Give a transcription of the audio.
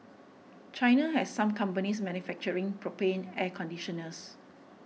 China has some companies manufacturing propane air conditioners